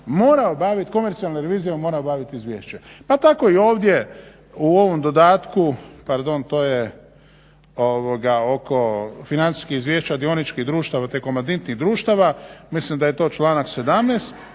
komercijonalne reviziju jer mora obaviti izvješće. Pa tako i ovdje u ovom dodatku, pardon to je oko financijskih izvješća dioničkih društava te komanditnih društava mislim da je to članak 17.